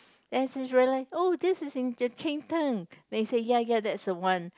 that's when I realise oh this is in the cheng-tng then he say ya ya that's the one